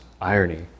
irony